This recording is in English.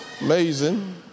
Amazing